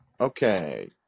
Okay